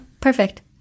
perfect